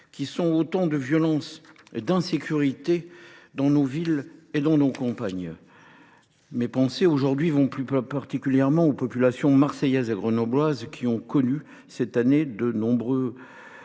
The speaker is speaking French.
provoquant autant de violences et d’insécurité dans nos villes et nos campagnes. Mes pensées aujourd’hui vont particulièrement aux populations marseillaises et grenobloises, qui ont connu cette année de nombreux